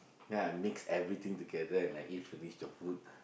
ya mix everything together and I eat finish the food